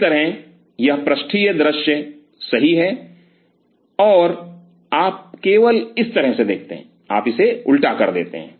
इस तरह यह पृष्ठीय दृश्य सही है और आप इसे केवल इस तरह देखते हैं आप इसे उल्टा कर देते हैं